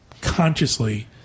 consciously